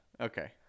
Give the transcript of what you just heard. Okay